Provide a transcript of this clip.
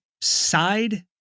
side